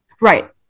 Right